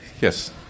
Yes